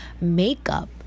makeup